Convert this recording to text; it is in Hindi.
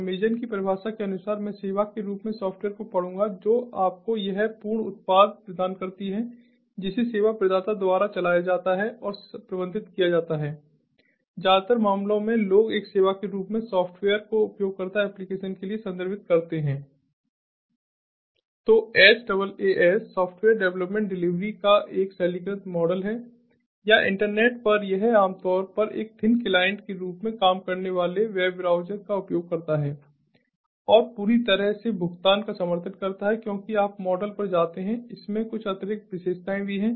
अमेज़ॅन की परिभाषा के अनुसार मैं सेवा के रूप में सॉफ़्टवेयर को पढ़ूंगा जो आपको एक पूर्ण उत्पाद प्रदान करती है जिसे सेवा प्रदाता द्वारा चलाया जाता है और प्रबंधित किया जाता है ज्यादातर मामलों में लोग एक सेवा के रूप में सॉफ़्टवेयर को उपयोगकर्ता एप्लीकेशन के लिए संदर्भित करते हैं तो SaaS सॉफ्टवेयर डेवलपमेंट डिलीवरी का एक सरलीकृत मॉडल है या इंटरनेट पर यह आमतौर पर एक थिन क्लाइंट के रूप में काम करने वाले वेब ब्राउज़र का उपयोग करता है और पूरी तरह से भुगतान का समर्थन करता है क्योंकि आप मॉडल पर जाते हैं इसमें कुछ अतिरिक्त विशेषताएं भी हैं